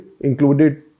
included